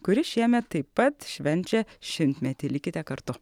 kuri šiemet taip pat švenčia šimtmetį likite kartu